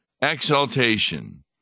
exaltation